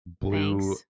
blue